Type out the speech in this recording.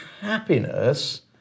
happiness